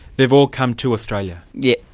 they've all come to australia. yes,